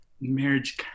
marriage